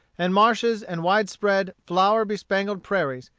and marshes and wide-spread, flower-bespangled prairies,